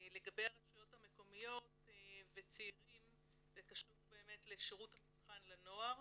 לגבי הרשויות המקומיות וצעירים זה קשור לשירות המבחן לנוער.